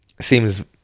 seems